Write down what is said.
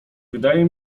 wydaje